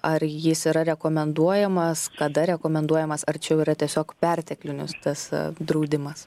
ar jis yra rekomenduojamas kada rekomenduojamas ar čia jau yra tiesiog perteklinis tas draudimas